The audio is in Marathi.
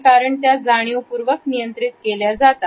कारण त्या जाणीवपूर्वक नियंत्रित केल्या जातात